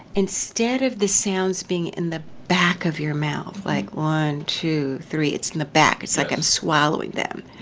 instead of the sounds being in the back of your mouth, like one, two three it's in the back. it's like i'm swallowing them.